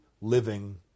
living